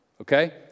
Okay